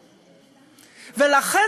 לכן,